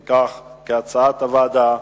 אם כך, כהצעת הוועדה,